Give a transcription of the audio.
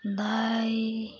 ᱫᱟᱹᱭ